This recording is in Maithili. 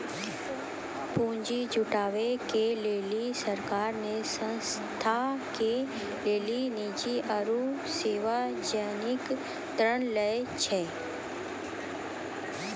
पुन्जी जुटावे के लेली सरकार ने संस्था के लेली निजी आरू सर्वजनिक ऋण लै छै